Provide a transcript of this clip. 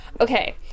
Okay